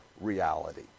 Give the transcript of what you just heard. reality